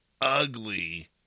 ugly